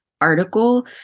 article